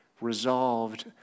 resolved